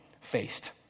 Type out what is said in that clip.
faced